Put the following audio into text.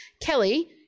Kelly